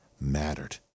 mattered